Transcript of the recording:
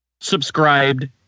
subscribed